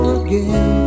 again